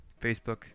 Facebook